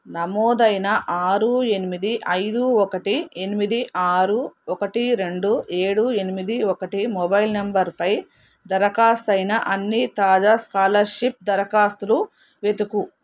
నమోదైన ఆరు ఎనిమిది ఐదు ఒకటి ఎనిమిది ఆరు ఒకటి రెండు ఏడు ఎనిమిది ఒకటి మొబైల్ నంబర్పై దరఖాస్తయిన అన్ని తాజా స్కాలర్షిప్ దరఖాస్తులు వెతుకు